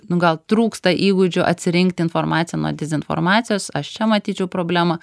nu gal trūksta įgūdžių atsirinkti informaciją nuo dezinformacijos aš čia matyčiau problemą